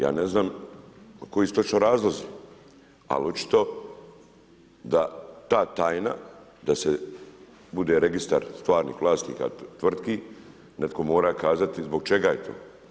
Ja ne znam koji su točno razlozi ali očito da ta tajna, da se bude registar stvarnih vlasnika tvrtki, netko mora kazati zbog čega je to.